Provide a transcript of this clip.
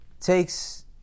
takes